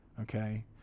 Okay